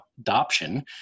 adoption